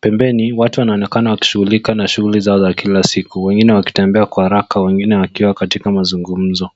.Pembeni watu Wanaonekana wakishughulika na shughuli zao za Kila siku. wengine wakitembea Kwa haraka ,wengine wakiwa katika mazungumzo.